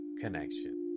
connection